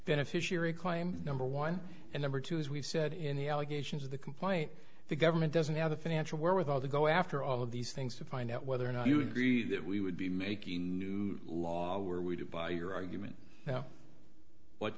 beneficiary claim number one and number two as we've said in the allegations of the complaint the government doesn't have the financial wherewithal to go after all of these things to find out whether or not you agree that we would be making a new law were we to buy your argument now what